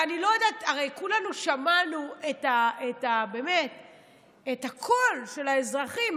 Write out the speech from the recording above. הרי כולנו שמענו את הקול של האזרחים.